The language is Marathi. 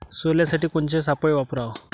सोल्यासाठी कोनचे सापळे वापराव?